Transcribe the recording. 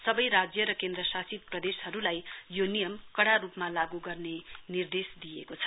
सवै राज्य र केन्द्रशासित प्रदेशहरुलाई यो नियम कड़ा रुपमा लागू गर्ने निर्देश दिइएको छ